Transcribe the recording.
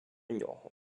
нього